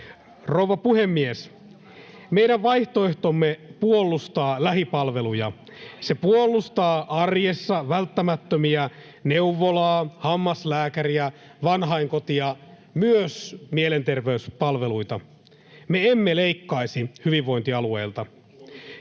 Rouva puhemies! Meidän vaihtoehtomme puolustaa lähipalveluja. Se puolustaa arjessa välttämättömiä neuvolaa, hammaslääkäriä, vanhainkotia, myös mielenterveyspalveluita. Me emme leikkaisi hyvinvointialueilta.